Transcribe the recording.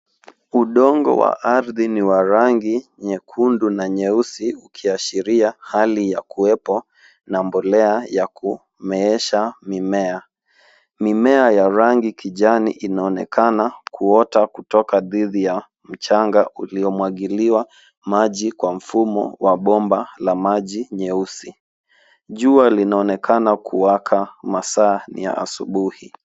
Udongo wa ardhi ni wa rangi nyekundu na nyeusi ukiashiria hali ya kuwepo na mbolea ya kumeesha mimea. Mimea ya rangi kijani inaonekana kuota kutoka dhidi ya mchanga uliomwagiliwa maji kwa mfumo wa bomba la maji nyeusi. Jua linaonekana kuwaka. Masaa ni ya asubuhi.